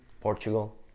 Portugal